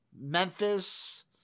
Memphis